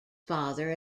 father